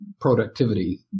productivity